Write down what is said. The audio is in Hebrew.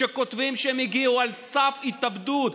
שכותבים שהם הגיעו אל סף התאבדות.